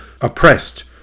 oppressed